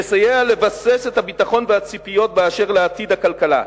תסייע לבסס את הביטחון והציפיות אשר לעתיד הכלכלה.